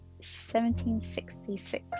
1766